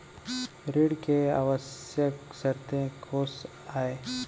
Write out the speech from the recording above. ऋण के आवश्यक शर्तें कोस आय?